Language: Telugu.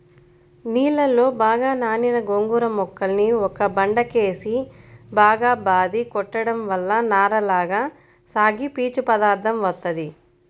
నీళ్ళలో బాగా నానిన గోంగూర మొక్కల్ని ఒక పెద్ద బండకేసి బాగా బాది కొట్టడం వల్ల నారలగా సాగి పీచు పదార్దం వత్తది